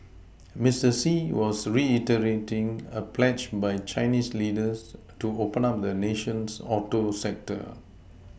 Mister Xi was reiterating a pledge by Chinese leaders to open up the nation's Auto sector